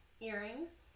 Earrings